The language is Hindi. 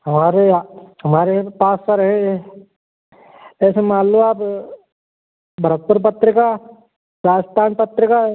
हमारे यहाँ हमारे पास सर है ऐसे मान लो आप भरतपुर पत्रिका राजस्थान पत्रिका